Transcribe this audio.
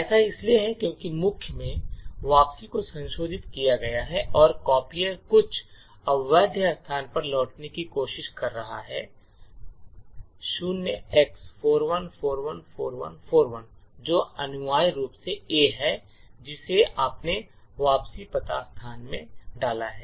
ऐसा इसलिए है क्योंकि मुख्य में वापसी को संशोधित किया गया है और कॉपियर कुछ अवैध स्थान पर लौटने की कोशिश कर रहा है 0x41414141 जो अनिवार्य रूप से A है जिसे आपने वापसी पता स्थान में डाला है